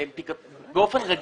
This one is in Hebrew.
באופן רגיל,